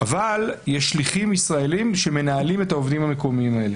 אבל יש שליחים ישראלים שמנהלים את העובדים המקומיים האלה.